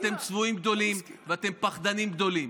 אתם צבועים גדולים ואתם פחדנים גדולים,